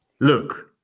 Look